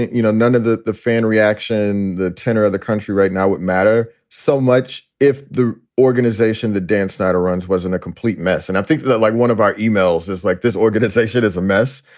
you know, none of the the fan reaction, the tenor of the country right now would matter so much if the organization that dan snyder runs wasn't a complete mess. and i think that, like one of our emails is like this organization is a mess.